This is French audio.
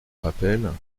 rappelle